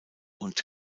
und